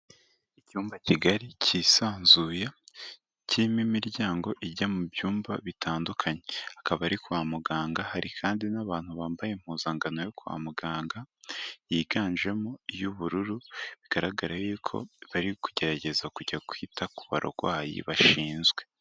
Icyumba kigari cyisanzuye kirimo imiryango ijya mu byumba bitandukanye, hakaba ari kwa muganga hari kandi n'abantu bambaye impuzankano yo kwa muganga yiganjemo iy'ubururu bigaragara bari kugerageza kujya kwita ku barwayi bashinzwe.